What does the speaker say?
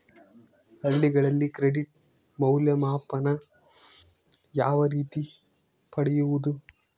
ಹಳ್ಳಿಗಳಲ್ಲಿ ಕ್ರೆಡಿಟ್ ಮೌಲ್ಯಮಾಪನ ಯಾವ ರೇತಿ ಪಡೆಯುವುದು?